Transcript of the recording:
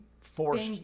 forced